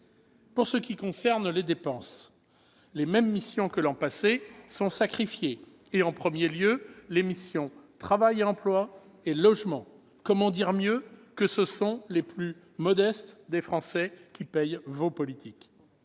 Pour ce qui concerne les dépenses, les mêmes missions que l'an passé sont sacrifiées, et en premier lieu les missions « Travail et emploi » et « Logement ». Comment dire mieux que ce sont les plus modestes des Français qui payent vos politiques !